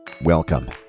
Welcome